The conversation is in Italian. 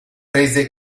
rese